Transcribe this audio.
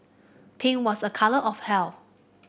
pink was a colour of health